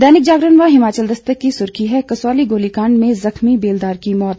दैनिक जागरण व हिमाचल दस्तक की सुर्खी है कसौली गोलीकांड में जख्मी बेलदार की मौत